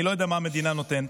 אני לא יודע מה המדינה נותנת.